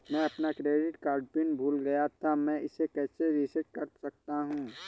मैं अपना credit card pin भूल गया था मैं इसे कैसे रीसेट कर सकता हूँ?